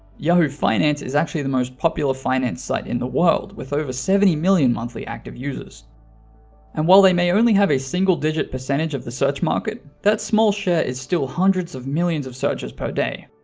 yahoo finance is actually the most popular finance site in the world with over seventy million monthly active users and while they may only have a single-digit percentage of the search market that small share is still hundreds of millions of searches per day.